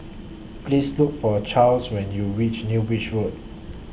Please Look For Charles when YOU REACH New Bridge Road